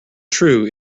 true